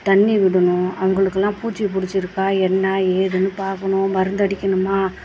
தண்ணி விடணும் அவங்களுக்குலாம் பூச்சி பிடிச்சிருக்கா என்ன ஏதுன்னு பார்க்கணும் மருந்து அடிக்கணுமா